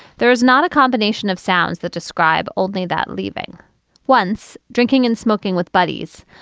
there is not a combination of sounds that describe old me that leaving once drinking and smoking with buddies.